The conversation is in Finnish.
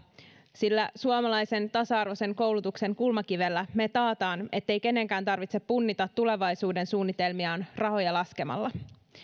sillä suomalaisen tasa arvoisen koulutuksen kulmakivellä taataan ettei kenenkään tarvitse punnita tulevaisuudensuunnitelmiaan rahoja laskemalla